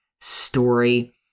story